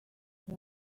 tell